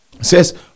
says